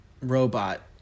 Robot